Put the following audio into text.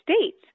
states